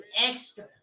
extra